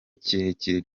kirekire